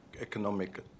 economic